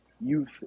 youth